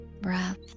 Breath